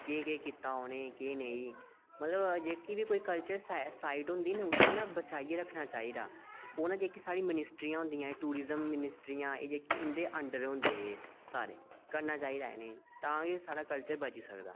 केह् केह् कीता उनें केह् केह् नेईं मतलब जेह्की बी कोई कल्चर साईट होंदी ना उसी ना बचाइयै रक्खना चाहिदा ओह् जेह्कियां साढ़ियां मनीस्टरियां होंदियां टूरिज्म मनीस्टरियां होइयां इंदे अंडर होंदे एह् सारे करना चाहिदा इनेंगी तां गै साढ़ा कल्चर बची सकदा